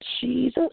Jesus